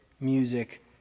music